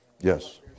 Yes